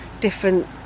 different